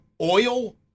oil